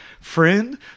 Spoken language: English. Friend